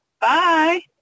Bye